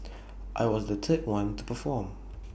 I was the third one to perform